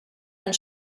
and